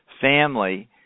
family